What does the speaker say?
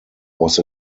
was